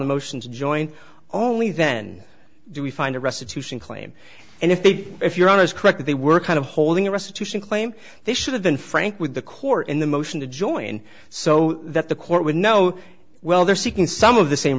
a motion to join only then do we find a restitution claim and if they if your honor is correct they were kind of holding a restitution claim they should have been frank with the court in the motion to join so that the court would know well they're seeking some of the same